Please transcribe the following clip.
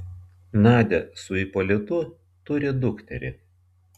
nadia su ipolitu turi dukterį